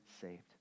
saved